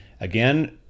Again